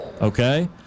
okay